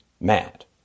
mad